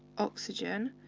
oxygen,